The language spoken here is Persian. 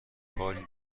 کاری